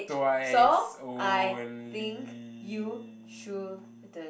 twice only